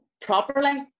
properly